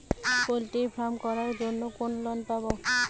Poultry farm করার জন্য কোন লোন পাব?